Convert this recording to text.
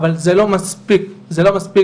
אבל זה לא מספיק, זה לא מספיק.